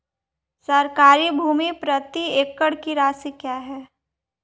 सरकारी भूमि प्रति एकड़ की राशि क्या है?